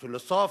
הפילוסוף,